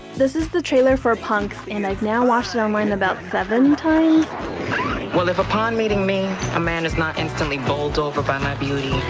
this is the trailer for punks and i've now watched it online about seven times well, if upon meeting me, a man is not instantly bowled over by my beauty,